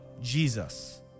Jesus